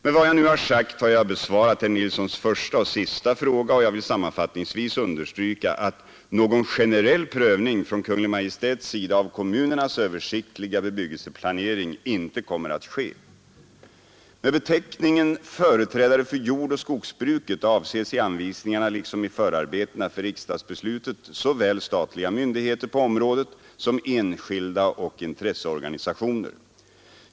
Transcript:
Med vad jag nu har sagt har jag besvarat herr Nilssons första och sista fråga och jag vill sammanfattningsvis understryka att någon generell prövning från Kungl. Maj:ts sida av kommunernas översiktliga bebyggelseplanering inte kommer att ske. Med beteckningen företrädare för jordoch skogsbruket avses i anvisningarna liksom i förarbetena för riksdagsbeslutet såväl statliga myndigheter på området som enskilda och intresseorganisationer.